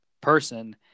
person